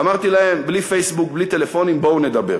ואמרתי להם, בלי פייסבוק, בלי טלפון, בואו נדבר.